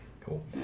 Cool